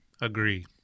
Agree